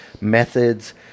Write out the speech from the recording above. methods